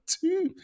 two